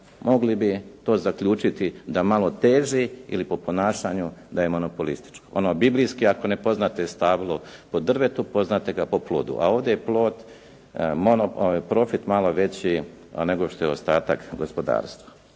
mogli bi to zaključiti da je malo teži ili po ponašanju da je monopolističko. Ono biblijski, ako ne poznate stablo po drvetu, poznate ga po plodu, a ovdje je plod profit malo veći nego što je ostatak gospodarstva.